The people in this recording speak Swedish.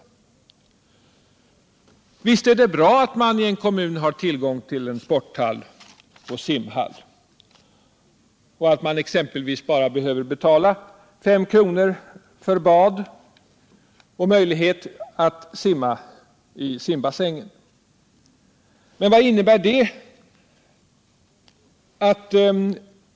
Visst är det bra att man i en kommun har tillgång till en sporthall och en simhall och att man exempelvis bara behöver betala 5 kr. för ett bad och möjligheten att simma i bassängen. Men vad innebär det?